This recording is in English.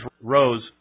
Rose